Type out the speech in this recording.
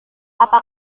apa